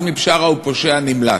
עזמי בשארה הוא פושע נמלט,